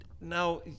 now